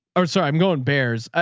oh, sorry. i'm going bears. ah